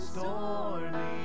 Stormy